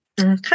okay